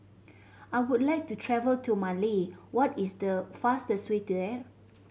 I would like to travel to Mali what is the fastest way there